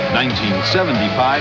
1975